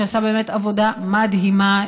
שעשה עבודה מדהימה,